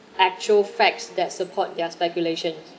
actual facts that support their speculation